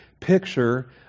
picture